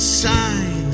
sign